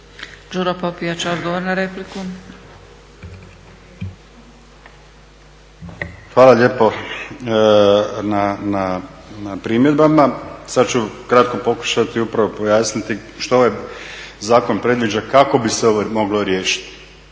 **Popijač, Đuro (HDZ)** Hvala lijepo na primjedbama. Sad ću kratko pokušati upravo pojasniti što ovaj zakon predviđa, kako bi se ovo moglo riješiti.